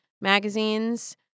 magazines